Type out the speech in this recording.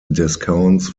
discounts